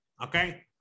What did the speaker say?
okay